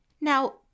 Now